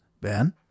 Ben